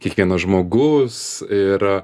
kiekvienas žmogus ir